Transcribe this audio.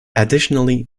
additionally